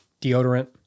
deodorant